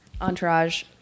Entourage